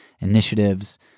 initiatives